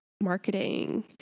marketing